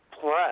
plus